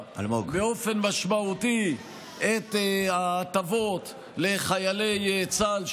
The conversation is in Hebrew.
באופן משמעותי את ההטבות לחיילי צה"ל,